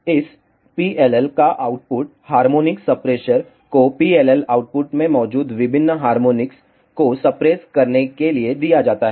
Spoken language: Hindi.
इस PLL का आउटपुट हार्मोनिक सप्रेशर को PLL आउटपुट में मौजूद विभिन्न हार्मोनिक्स को सप्रेश करने के लिए दिया जाता है